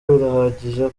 birahagije